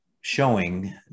showing